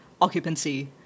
occupancy